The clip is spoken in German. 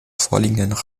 vorliegenden